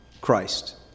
Christ